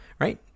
right